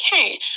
okay